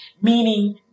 meaning